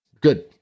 good